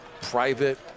private